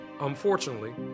Unfortunately